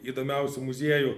įdomiausių muziejų